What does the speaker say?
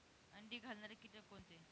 अंडी घालणारे किटक कोणते?